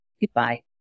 Goodbye